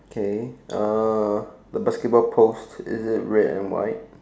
okay the basketball post is it red and white